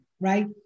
right